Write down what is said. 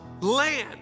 land